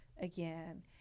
again